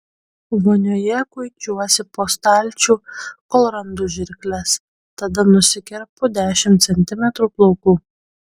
vonioje kuičiuosi po stalčių kol randu žirkles tada nusikerpu dešimt centimetrų plaukų